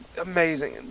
amazing